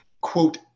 quote